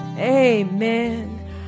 Amen